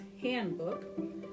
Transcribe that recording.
Handbook